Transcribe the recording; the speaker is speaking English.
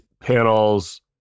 panels